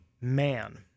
man